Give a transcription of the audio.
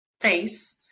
face